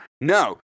No